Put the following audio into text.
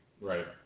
Right